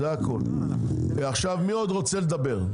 מי עוד רוצה לדבר?